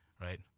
right